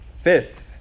Fifth